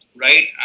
right